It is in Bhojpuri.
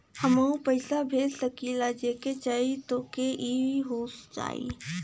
हमहू पैसा भेज सकीला जेके चाही तोके ई हो जाई?